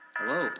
hello